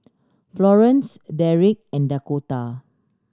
Florence Derek and Dakotah